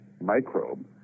microbe